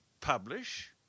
publish